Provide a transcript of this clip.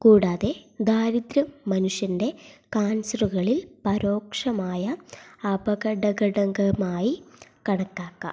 കൂടാതെ ദാരിദ്ര്യം മനുഷ്യന്റെ കാൻസറുകളിൽ പരോക്ഷമായ അപകടഘടകമായി കണക്കാക്കാം